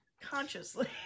consciously